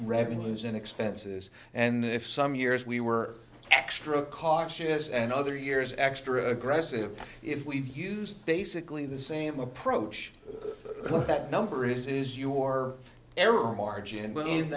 revenues and expenses and if some years we were extra cautious and other years extra aggressive if we used basically the same approach that number is is your error margin